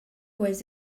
was